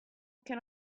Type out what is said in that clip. can